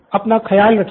अपना ख्याल रखना